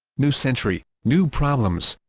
new century, new problems